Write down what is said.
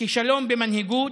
כישלון במנהיגות.